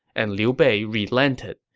and liu bei relented.